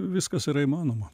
viskas yra įmanoma